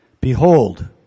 Behold